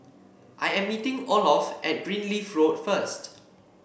I am meeting Olof at Greenleaf Road first